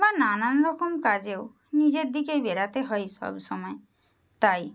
বা নানান রকম কাজেও নিজের দিকেই বেরাতে হয় সবসময় তাই